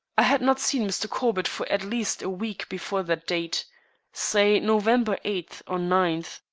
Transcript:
i had not seen mr. corbett for at least a week before that date say november eighth or ninth.